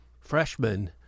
freshman